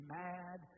mad